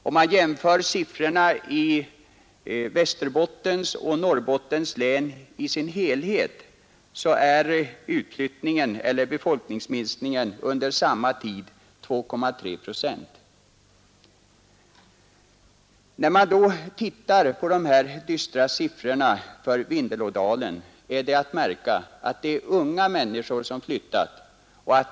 Vid en jämförelse finner man att för Västerbottens och Norrbottens län i sin helhet är befolkningsminskningen under samma tid 2,3 procent. När man tittar på de här dystra siffrorna för Vindelådalen är det att märka att det är unga människor som flyttat ut.